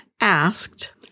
asked